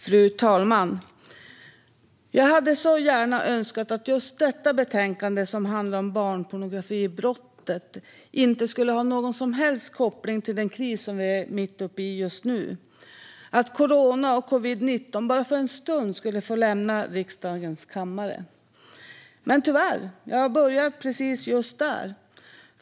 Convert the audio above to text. Fru talman! Jag hade så gärna önskat att just detta betänkande, som handlar om barnpornografibrottet, inte skulle ha någon som helst koppling till den kris vi är mitt uppe i just nu och att corona och covid-19 bara för en stund skulle lämna riksdagens kammare. Men tyvärr: Jag börjar just precis där.